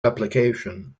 replication